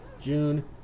June